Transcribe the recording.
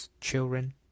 children